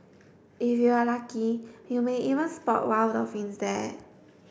if you are lucky you may even spot wild dolphins there